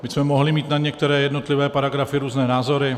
My jsme mohli mít na některé jednotlivé paragrafy různé názory.